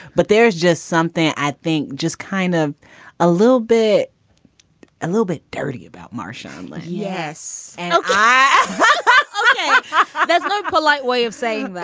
but there's just something i think just kind of a little bit a little bit dirty about marcia and like yes. and um ah that's not a polite way of saying